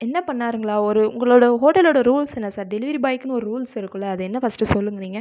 என்ன பண்ணாருங்களா ஒரு உங்களோடய ஹோட்டலோடயச ரூல்ஸ் என்ன சார் டெலிவரி பாய்க்குன்னு ஒரு ரூல்ஸ் இருக்கும்ல அது என்ன ஃபஸ்ட் சொல்லுங்க நீங்கள்